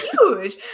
huge